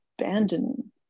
abandon